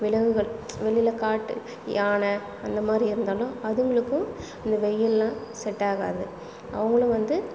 விலங்குகள் வெளியில் காட்டு யானை அந்தமாதிரி இருந்தாலும் அதுங்களுக்கும் இந்த வெயில்லாம் செட்டாகாது அவங்களும் வந்து